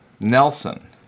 Nelson